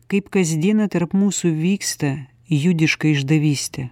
kaip kasdieną tarp mūsų vyksta judiška išdavystė